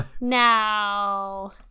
Now